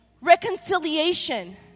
reconciliation